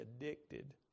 addicted